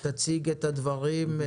היא תציג את הדברים.